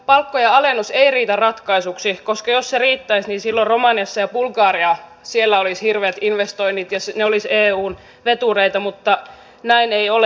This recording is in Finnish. palkkojen alennus ei riitä ratkaisuksi koska jos se riittäisi niin silloin romaniassa ja bulgariassa olisi hirveät investoinnit ja ne olisivat eun vetureita mutta näin ei ole